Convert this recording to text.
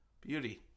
Beauty